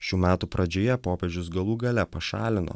šių metų pradžioje popiežius galų gale pašalino